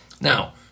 Now